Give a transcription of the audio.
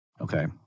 okay